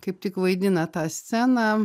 kaip tik vaidina tą sceną